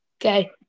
okay